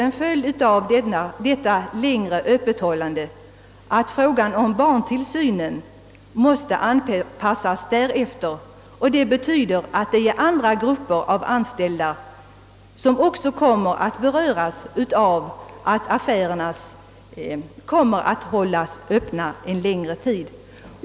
En följd av detta längre öppethållande blir t.ex. att barntillsynen måste anpassas därefter, och detta betyder att även andra grupper av anställda kommer att beröras av att affärerna hålls öppna längre.